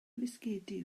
fisgedi